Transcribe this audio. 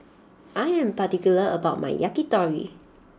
I am particular about my Yakitori